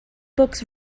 books